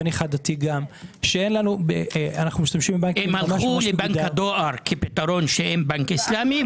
וגם אני דתי- - הם הלכו לבנק הדואר כפתרון שאין בנק איסלאמי,